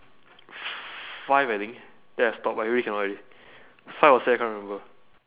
five I think then I stop I really cannot already five or si~ I can't remember